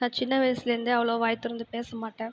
நான் சின்ன வயசுலேருந்தே அவ்வளவா வாய் திறந்து பேசமாட்டேன்